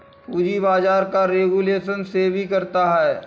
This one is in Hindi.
पूंजी बाजार का रेगुलेशन सेबी करता है